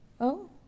Oh